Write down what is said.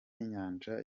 y’inyanja